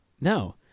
No